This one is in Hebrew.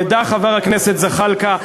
ידע חבר הכנסת זחאלקה,